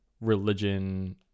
religion